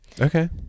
Okay